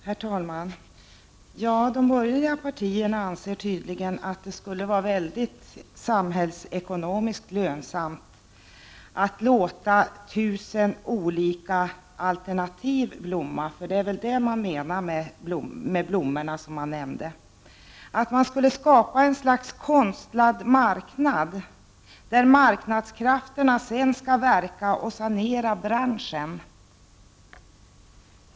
Herr talman! De borgerliga partierna anser tydligen att det skulle vara samhällsekonomiskt mycket lönsamt att låta tusen olika alternativ blomma — det är väl det man menar med de blommor man nämnt. Man skulle skapa ett slags konstlad marknad, där marknadskrafterna skall verka och sanera branschen.